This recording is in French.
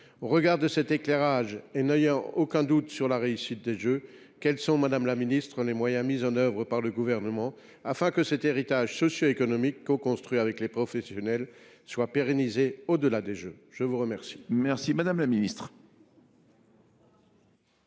Au regard de cet éclairage, et étant entendu que je n’ai aucun doute sur la réussite des Jeux, quels sont, madame la ministre, les moyens mis en œuvre par le Gouvernement afin que cet héritage socioéconomique coconstruit avec les professionnels soit pérennisé au delà ? La parole